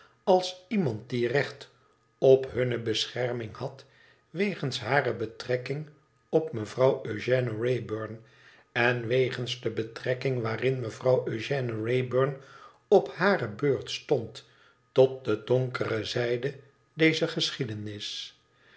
als iemand die recht op hunne bescherming had wegens hare betrekking op mevrouw ëugène wraybum en wegens de betrekking waarin mevrouw eugène wraybum op hare beurt stond tot de donkere zijde dezer geschiedenis